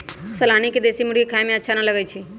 शालनी के देशी मुर्गी खाए में अच्छा न लगई छई